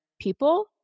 people